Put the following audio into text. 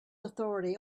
authority